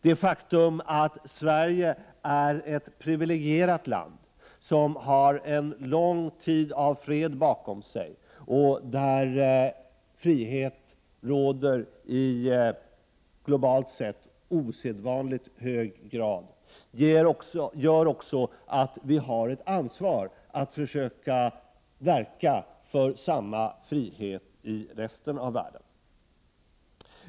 Det faktum att Sverige är ett privilegierat land, som har en lång tid av fred bakom sig och där frihet råder i globalt sett osedvanligt hög grad, gör också att vi har ett ansvar att försöka verka för samma frihet i resten av världen.